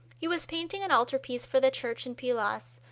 he was painting an altar-piece for the church in pilas,